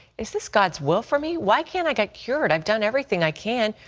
is this god's will for me? why can't i get cured? i've done everything i can.